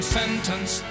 sentence